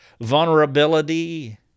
vulnerability